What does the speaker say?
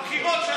אתה אמרת.